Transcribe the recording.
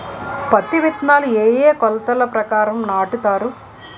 పత్తి విత్తనాలు ఏ ఏ కొలతల ప్రకారం నాటుతారు?